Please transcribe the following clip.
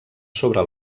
sobre